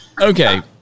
Okay